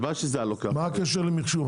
מה הקשר למחשוב?